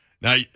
Now